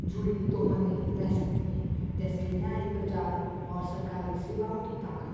جڑی تہمتیں رہ سکتی ہیں جیسے نیائک پرچار اور سرکاری سیواؤں کی طاقت